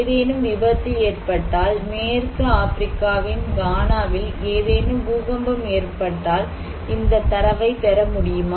ஏதேனும் விபத்து ஏற்பட்டால் மேற்கு ஆபிரிக்காவின் கானாவில் ஏதேனும் பூகம்பம் ஏற்பட்டால் இந்தத் தரவைப் பெற முடியுமா